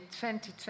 2020